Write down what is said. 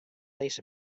lace